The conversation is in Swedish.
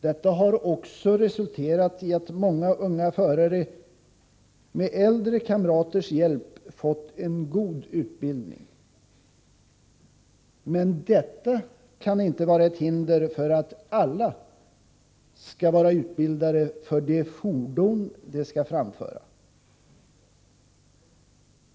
Detta har också resulterat i att många unga förare med äldre kamraters hjälp har fått en god utbildning, men detta kan inte vara ett hinder för att alla skall vara utbildade för det fordon de skall framföra.